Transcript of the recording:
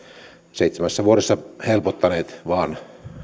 seitsemässä vuodessa helpottaneet vaan